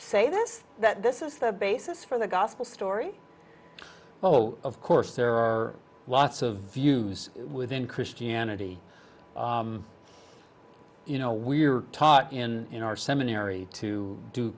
say this that this is the basis for the gospel story oh of course there are lots of views within christianity you know we're taught in our seminary to do